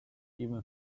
even